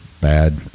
bad